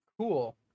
Cool